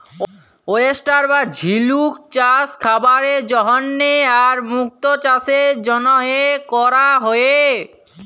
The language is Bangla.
ওয়েস্টার বা ঝিলুক চাস খাবারের জন্হে আর মুক্ত চাসের জনহে ক্যরা হ্যয়ে